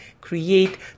create